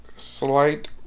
slight